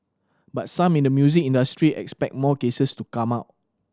but some in the music industry expect more cases to come out